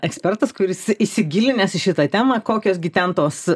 ekspertas kuris įsigilinęs į šitą temą kokios gi ten tos